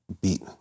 beat